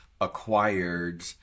acquired